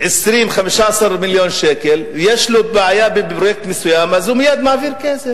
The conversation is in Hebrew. על-פי הייעוץ המשפטי, לבנות בהם מוסדות חינוך.